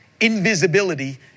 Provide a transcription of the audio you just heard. invisibility